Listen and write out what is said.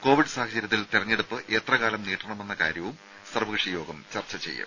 Covid സാഹചര്യത്തിൽ തെരഞ്ഞെടുപ്പ് എത്ര കാലം നീട്ടണമെന്ന കാര്യം സർവ്വകക്ഷി യോഗം ചർച്ച ചെയ്യും